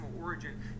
origin